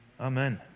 Amen